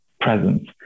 presence